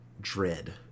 Dread